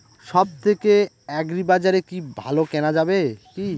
সব থেকে আগ্রিবাজারে কি ভালো কেনা যাবে কি?